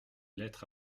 lettre